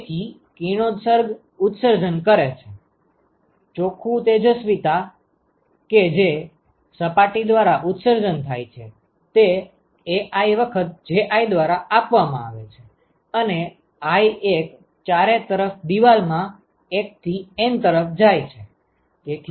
તેથી કિરણોત્સર્ગ ઉત્સર્જન કરે છે ચોખ્ખું તેજસ્વિતા કે જે સપાટી દ્વારા ઉત્સર્જન થાય છે તે Ai વખત Ji દ્વારા આપવામાં આવે છે અને i એક ચારે તરફ દીવાલ માં 1 થી N તરફ જાય છે